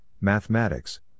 mathematics